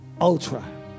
ultra